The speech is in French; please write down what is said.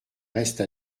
reste